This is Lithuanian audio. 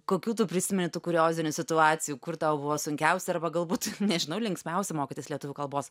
kokių tu prisimeni tų kuriozinių situacijų kur tau buvo sunkiausia arba galbūt nežinau linksmiausia mokytis lietuvių kalbos